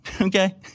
okay